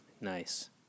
Nice